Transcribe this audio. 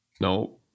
no